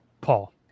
Paul